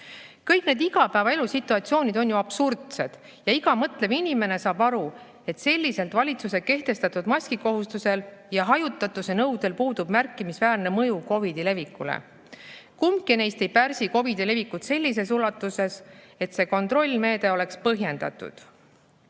Kõik need igapäevaelu situatsioonid on absurdsed ja iga mõtlev inimene saab aru, et selliselt valitsuse kehtestatud maskikohustusel ja hajutatuse nõudel puudub märkimisväärne mõju COVID‑i levikule. Kumbki neist ei pärsi COVID-i levikut sellises ulatuses, et see kontrollimeede oleks põhjendatud.